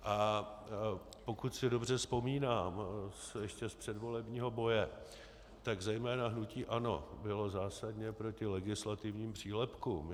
A pokud si dobře vzpomínám ještě z předvolebního boje, tak zejména hnutí ANO bylo zásadně proti legislativním přílepkům.